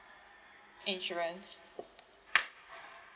insurance